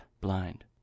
blind